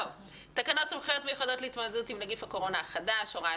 תקנות סמכויות מיוחדות להתמודדות עם נגיף קורונה החדש (הוראת